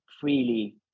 freely